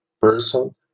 person